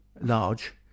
large